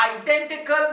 identical